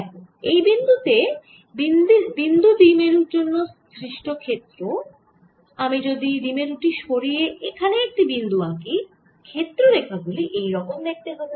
দেখো এই বিন্দু তে বিন্দু দ্বিমেরুর জন্য সৃষ্ট ক্ষেত্র আমি যদি দ্বিমেরু টি সরিয়ে এখানে একটি বিন্দু আঁকি ক্ষেত্র রেখা গুলি এই রকম দেখতে হবে